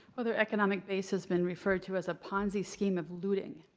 well, their economic base has been referred to as a ponzi scheme of looting.